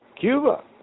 Cuba